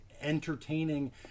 entertaining